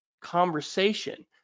conversation